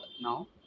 now